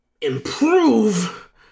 improve